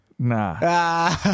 Nah